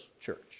church